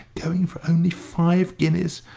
going for only five guineas!